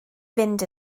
fynd